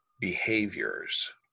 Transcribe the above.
behaviors